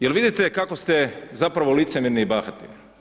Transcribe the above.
Jel vidite kako ste zapravo licemjerni i bahati.